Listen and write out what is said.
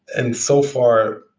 and so far,